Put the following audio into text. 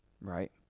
Right